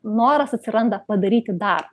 noras atsiranda padaryti dar